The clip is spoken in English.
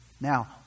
Now